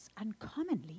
uncommonly